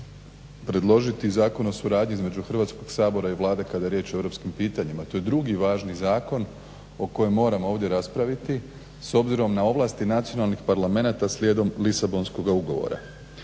predložiti Zakon o suradnji između Hrvatskog sabora i Vlade kada je riječ o Europskim pitanjima. To je drugi važni zakon o kojem moramo ovdje raspraviti s obzirom na ovlasti nacionalnih parlamenata slijedom Lisabonskoga ugovora.